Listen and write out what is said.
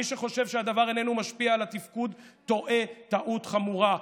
מי שחושב שהדבר איננו משפיע על התפקוד טועה טעות חמורה.